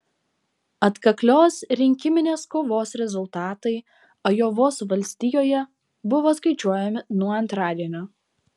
atkaklios rinkiminės kovos rezultatai ajovos valstijoje buvo skaičiuojami nuo antradienio